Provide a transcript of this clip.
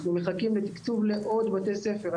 אנחנו מחכים לתקצוב לעוד בתי ספר.